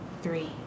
three